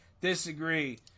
disagree